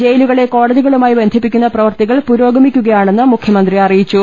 ജയിലുകളെ കോടതികളുമായി ബന്ധിപ്പിക്കുന്ന പ്രവർത്തികൾ പുരോഗമിക്കുകയാണെന്ന് മുഖ്യമന്ത്രി അറിയിച്ചു